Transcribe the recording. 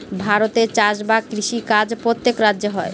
ভারতে চাষ বা কৃষি কাজ প্রত্যেক রাজ্যে হয়